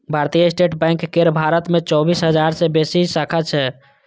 भारतीय State Bank केर भारत मे चौबीस हजार सं बेसी शाखा छै